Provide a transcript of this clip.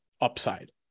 upside